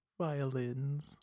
violins